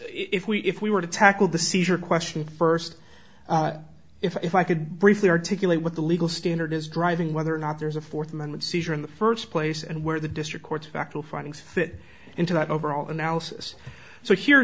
if we if we were to tackle the seizure question first if i could briefly articulate what the legal standard is driving whether or not there's a fourth amendment seizure in the first place and where the district court's factual findings fit into that overall analysis so here